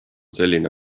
selline